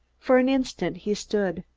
for an instant he stood,